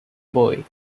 boy